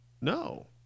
No